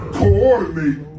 coordinate